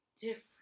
different